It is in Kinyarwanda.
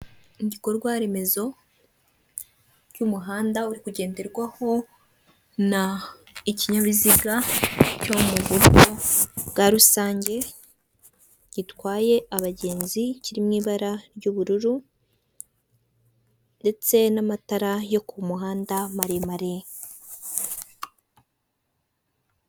Igikorwaremezo cy'umuhanda uri kugenderwaho n'ikinyabiziga cyo mu buryo bwa rusange gitwaye abagenzi kiri mu ibara ry'ubururu ndetse n'amatara yo ku muhanda maremare.